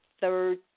third